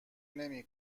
نمی